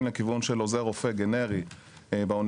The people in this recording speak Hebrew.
לכיוון של עוזר רופא גנרי באוניברסיטה,